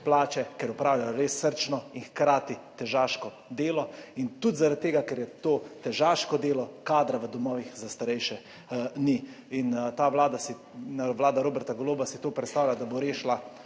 plače, ker opravljajo res srčno in hkrati težaško delo in tudi zaradi tega, ker je to težaško delo, kadra v domovih za starejše ni in ta Vlada si, Vlada Roberta Goloba si to predstavlja, da bo rešila